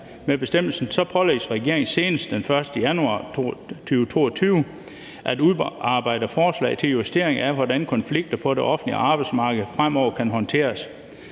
med bestemmelsen pålægges regeringen senest den 1. januar 2022 at udarbejde forslag til justering af, hvordan konflikter på det offentlige arbejdsmarked fremover kan håndteres.